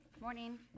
morning